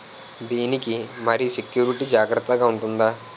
దీని కి మరి సెక్యూరిటీ జాగ్రత్తగా ఉంటుందా?